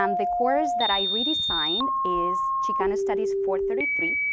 um the course that i redesigned is chicana studies four thirty three,